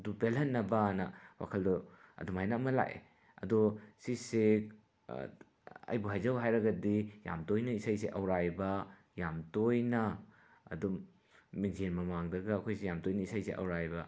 ꯗꯨ ꯄꯦꯜꯍꯟꯅꯕꯅ ꯋꯥꯈꯜꯗꯣ ꯑꯗꯨꯃꯥꯏꯅ ꯑꯃ ꯂꯥꯛꯑꯦ ꯑꯗꯣ ꯁꯤꯁꯦ ꯑꯩꯕꯨ ꯍꯥꯏꯖꯧ ꯍꯥꯏꯔꯒꯗꯤ ꯌꯥꯝ ꯇꯣꯏꯅ ꯏꯁꯩꯁꯤ ꯑꯧꯔꯥꯏꯕ ꯌꯥꯝ ꯇꯣꯏꯅ ꯑꯗꯨꯝ ꯃꯤꯡꯖꯦꯜ ꯃꯃꯥꯡꯗꯒ ꯑꯩꯈꯣꯏꯁꯦ ꯌꯥꯝ ꯇꯣꯏꯅ ꯏꯁꯩꯁꯦ ꯑꯧꯔꯥꯏꯕ